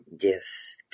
Yes